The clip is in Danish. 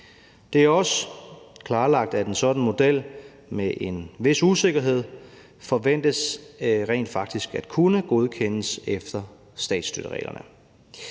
Det er også klarlagt, at en sådan model med en vis usikkerhed forventes rent faktisk at kunne godkendes efter statsstøttereglerne.